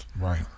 Right